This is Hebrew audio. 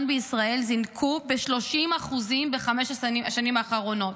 בישראל זינקו ב-30% בחמש השנים האחרונות.